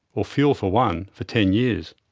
or fuel for one for ten years.